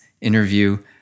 interview